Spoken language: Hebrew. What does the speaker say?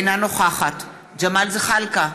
אינה נוכחת ג'מאל זחאלקה,